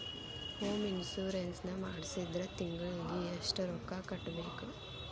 Home insurance ನ ಮಾಡ್ಸಿದ್ರ ತಿಂಗ್ಳಿಗೆ ಎಷ್ಟ್ ರೊಕ್ಕಾ ಕಟ್ಬೇಕ್?